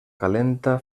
calenta